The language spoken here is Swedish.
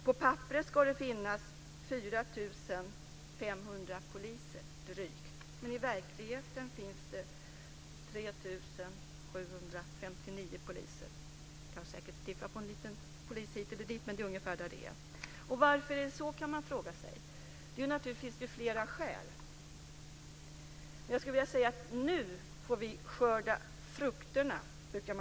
På papperet ska det finnas 4 500 poliser, drygt, men i verkligheten finns det 3 759 poliser. Det kan säkert skilja på en liten polis hit eller dit, men det är ungefär så det är. Varför är det så? Det finns naturligtvis flera skäl till det. Man brukar säga att man får skörda frukterna.